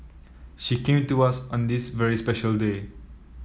she came to us on this very special day